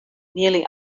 nearly